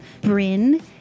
Bryn